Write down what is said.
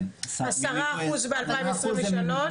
10% ב-2023?